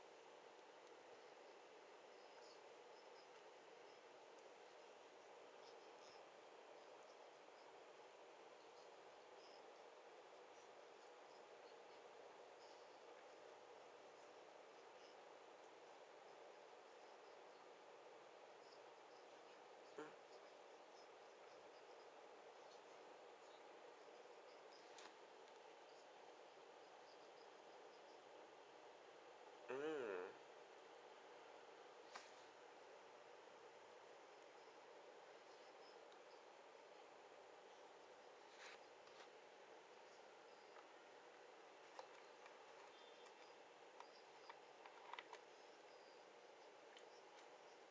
mm